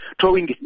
throwing